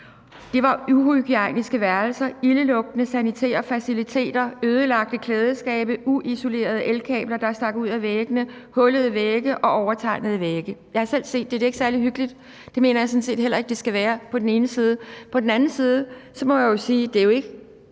Det var uhygiejniske værelser, ildelugtende sanitære faciliteter, ødelagte klædeskabe, uisolerede elkabler, der stak ud af væggene, hullede vægge og overtegnede vægge. Jeg har selv set det, og det er ikke særlig hyggeligt, og det mener jeg sådan set på den ene side heller ikke det skal være. På den anden side må jeg jo sige, at det ikke